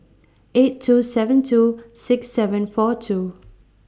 eight two seven two six seven four two